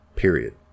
Period